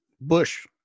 Bush